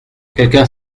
quelqu’un